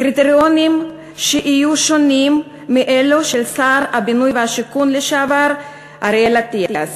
קריטריונים שיהיו שונים מאלו של שר הבינוי והשיכון לשעבר אריאל אטיאס.